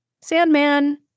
Sandman